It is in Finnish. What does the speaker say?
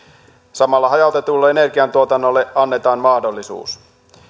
samalla hajautetulle energiantuotannolle annetaan mahdollisuus